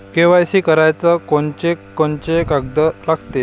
KYC कराच कोनचे कोनचे कागद लागते?